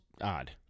odd